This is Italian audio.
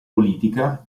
politica